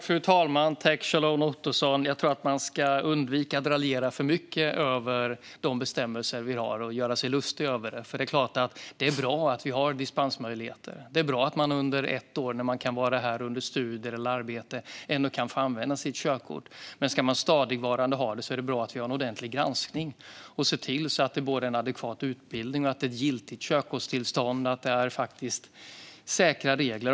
Fru talman! Tack, Kjell-Arne Ottosson! Jag tror att man ska undvika att raljera för mycket över de bestämmelser vi har och göra sig lustig över dem. Det är klart att det är bra att vi har dispensmöjligheter. Det är bra att man under ett år, när man kan vara här under studier eller arbete, ändå kan få använda sitt körkort. Men ska man stadigvarande ha körkort är det bra att vi har en ordentlig granskning och ser till att det både är en adekvat utbildning, att det är ett giltigt körkortstillstånd och att det är säkra regler.